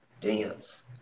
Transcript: dance